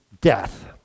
death